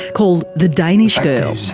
called the danish girl.